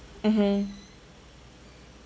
mmhmm